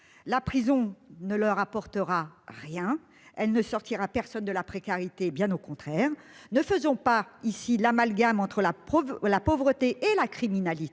la prison ne leur apportera rien elle ne sortira personne de la précarité, bien au contraire. Ne faisons pas ici l'amalgame entre la preuve la pauvreté et la criminalité